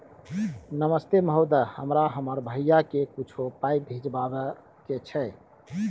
नमस्ते महोदय, हमरा हमर भैया के कुछो पाई भिजवावे के छै?